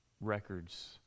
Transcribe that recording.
records